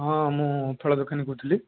ହଁ ମୁଁ ଫଳ ଦୋକାନୀ କହୁଥିଲି